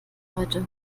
heute